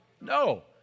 No